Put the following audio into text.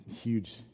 huge